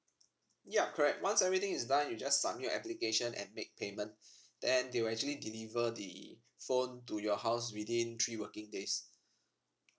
ya correct once everything is done you just submit your application and make payment then they will actually deliver the phone to your house within three working days